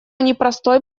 непростой